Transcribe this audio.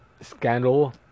scandal